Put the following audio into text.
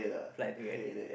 fly together ah